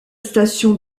station